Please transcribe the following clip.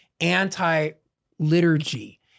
anti-liturgy